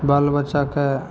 बाल बच्चाके